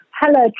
Hello